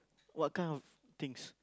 what kind of things